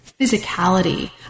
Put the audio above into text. physicality